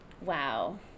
Wow